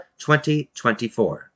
2024